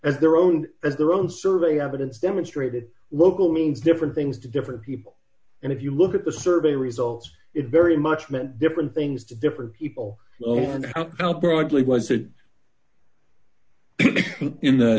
as their own and their own survey evidence demonstrated local means different things to different people and if you look at the survey results it very much meant different things to different people how broadly was it in the